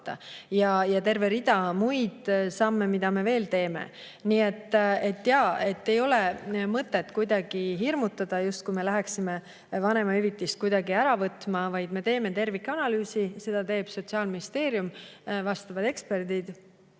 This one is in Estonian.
on terve rida muid samme, mida me veel teeme. Nii et jaa, ei ole mõtet hirmutada, justkui me läheksime vanemahüvitist kuidagi ära võtma, vaid me teeme tervikanalüüsi. Seda teeb Sotsiaalministeerium, [seda teevad]